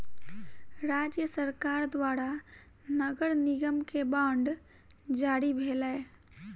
राज्य सरकार द्वारा नगर निगम के बांड जारी भेलै